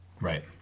Right